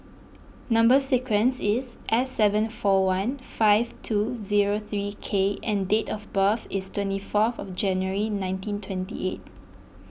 Number Sequence is S seven four one five two zero three K and date of birth is twenty fourth January nineteen twenty eight